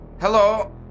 Hello